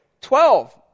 Twelve